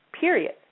period